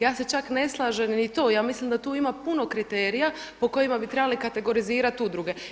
Ja se čak ne slažem ni to, ja mislim da tu ima puno kriterija po kojima bi trebali kategorizirati udruge.